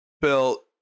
Bill